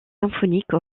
symphonique